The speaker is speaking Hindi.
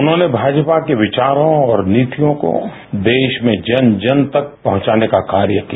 उन्होंने भाजपा के विचारों और नीतियों को देश में जन जन तक पहुंचाने का कार्य किया